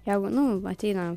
jeigu nu ateina